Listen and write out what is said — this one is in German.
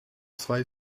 zwei